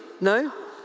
No